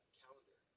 calendar